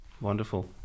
Wonderful